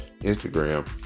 Instagram